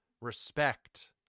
respect